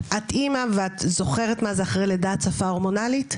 את אימא ואת זוכרת מה זה אחרי לידה הצפה הורמונלית?